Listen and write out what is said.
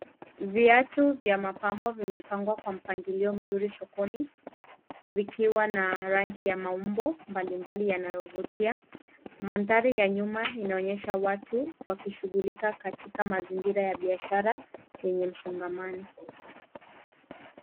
Viatu vya mapambo vimepangwa kwa mpangilio mzuri sokoni vikiwa na rangi ya maumbo mbalimbali yanayovutia. Mandhari ya nyuma inaonyesha watu wakishughulika katika mazingira ya biashara yenye msongamano.